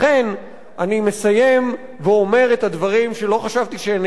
לכן אני מסיים ואומר את הדברים שלא חשבתי שאני